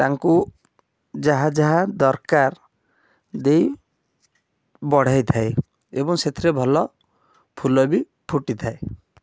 ତାଙ୍କୁ ଯାହା ଯାହା ଦରକାର ଦେଇ ବଢ଼େଇଥାଏ ଏବଂ ସେଥିରେ ଭଲ ଫୁଲ ବି ଫୁଟିଥାଏ